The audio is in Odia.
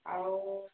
ଆଉ